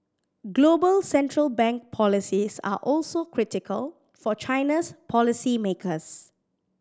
global central bank policies are also critical for China's policy makers